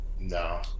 No